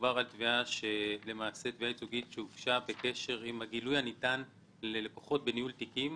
מדובר על תביעה ייצוגית שהוגשה בקשר לגילוי הניתן ללקוחות בניהול תיקים